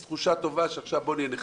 תחושה טובה של "עכשיו בואו נהיה נחמדים".